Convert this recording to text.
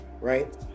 right